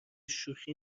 شوخی